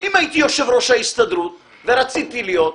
אם הייתי יושב-ראש ההסתדרות, ורציתי להיות,